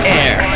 air